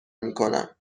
میکنم